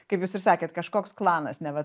kaip jūs ir sakėt kažkoks klanas neva